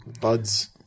Buds